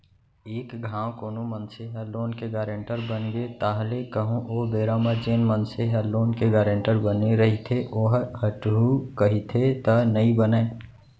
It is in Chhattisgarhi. एक घांव कोनो मनसे ह लोन के गारेंटर बनगे ताहले कहूँ ओ बेरा म जेन मनसे ह लोन के गारेंटर बने रहिथे ओहा हटहू कहिथे त नइ बनय